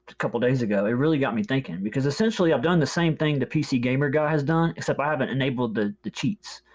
couple days ago, it really got me thinking. because essentially i've done the same thing the pc gamer guy has done, except i haven't enabled the the cheats,